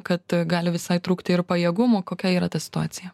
kad gali visai trūkti ir pajėgumų kokia yra ta situacija